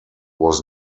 was